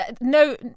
no